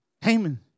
Haman